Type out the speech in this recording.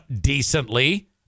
decently